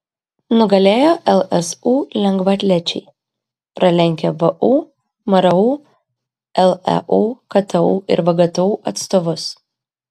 nugalėjo lsu lengvaatlečiai pralenkę vu mru leu ktu ir vgtu atstovus